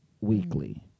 weekly